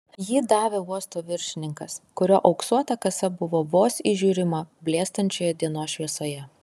jį davė uosto viršininkas kurio auksuota kasa buvo vos įžiūrima blėstančioje dienos šviesoje